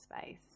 space